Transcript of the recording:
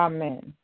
Amen